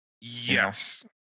Yes